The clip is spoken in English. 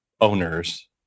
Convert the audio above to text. owners